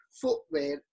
footwear